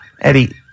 Eddie